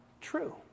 true